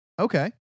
Okay